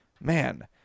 man